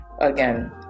Again